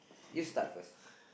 you start first